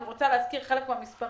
אני רוצה להזכיר חלק מהמשרדים,